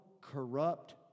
corrupt